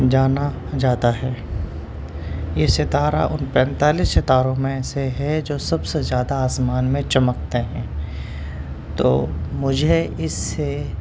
جانا جاتا ہے یہ ستارہ ان پینتالس ستاروں میں سے ہے جو سب سے زیادہ آسمان میں چمکتے ہیں تو مجھے اس سے